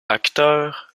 acteur